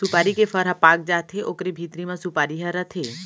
सुपारी के फर ह पाक जाथे ओकरे भीतरी म सुपारी ह रथे